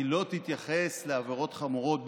לא תתייחס לעבירות חמורות,